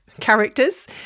characters